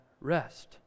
rest